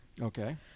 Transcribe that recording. Okay